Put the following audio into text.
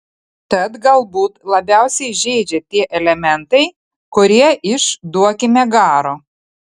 tad galbūt labiausiai žeidžia tie elementai kurie iš duokime garo